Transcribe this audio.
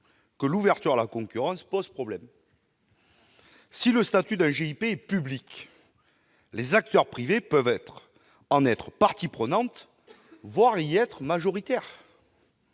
que l'ouverture à la concurrence pose problème. Si le statut d'un GIP est public, les acteurs privés peuvent en être partie prenante, voire y être majoritaires.